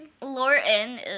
Lorton